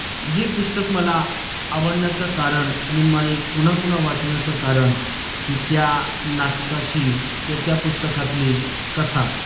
ही पुस्तक मला आवडण्याचं कारण आणि मी पुन्हा पुन्हा वाचण्याचं कारण की त्या नाटकाची किंवा त्या पुस्तकातली कथा